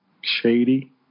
shady